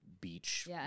beach